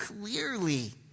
clearly